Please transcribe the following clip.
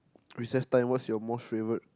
recess time what's your most favorite